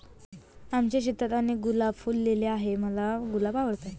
आमच्या शेतात अनेक गुलाब फुलले आहे, मला गुलाब आवडतात